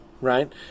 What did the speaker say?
right